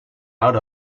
out